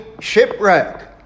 Shipwreck